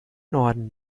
norden